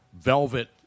velvet